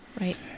Right